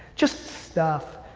just stuff.